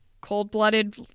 Cold-blooded